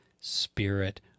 spirit